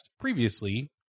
previously